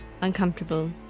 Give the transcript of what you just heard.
uncomfortable